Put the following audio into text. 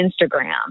Instagram